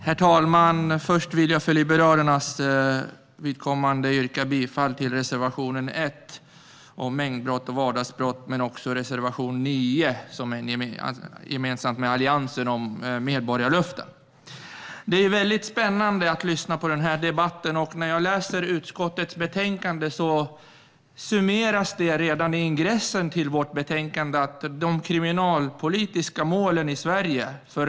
Herr talman! Först vill jag för Liberalernas vidkommande yrka bifall till reservation 1 om mängdbrott och vardagsbrott. Jag vill också yrka bifall till reservation 9 som är en gemensam reservation från Alliansen om medborgarlöften. Det är spännande att lyssna till den här debatten. I utskottets betänkande summeras det redan i ingressen att regeringen inte uppnår de kriminalpolitiska målen i Sverige.